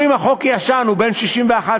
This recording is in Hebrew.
אומרים: החוק ישן, הוא בן 61 שנים.